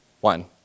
One